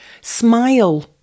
Smile